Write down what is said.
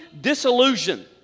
disillusion